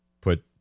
put